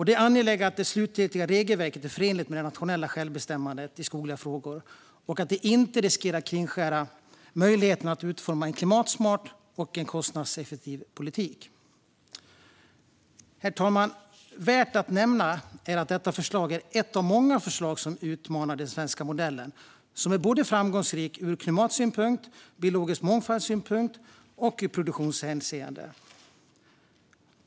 Det är angeläget att det slutgiltiga regelverket är förenligt med det nationella självbestämmandet i skogliga frågor och att det inte riskerar att kringskära möjligheterna att utforma en klimatsmart och kostnadseffektiv politik. Herr talman! Värt att nämna är att detta förslag är ett av många förslag som utmanar den svenska modellen, som är framgångsrik ur både klimatsynpunkt och biologisk mångfaldssynpunkt och i produktionshänseende.